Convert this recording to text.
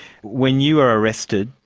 when you were arrested,